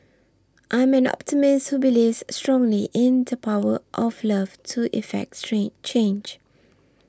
I'm an optimist who believes strongly in the power of love to effect change